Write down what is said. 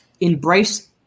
embrace